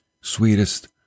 sweetest